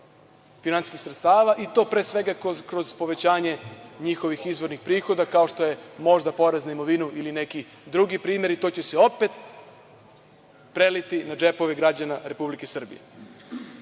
finansijskih sredstava, i to pre svega kroz povećanje njihovih izvornih prihoda, kao što je možda porez na imovinu ili neki drugi primeri. To će se opet preliti na džepove građana Republike Srbije. Mene